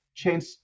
Change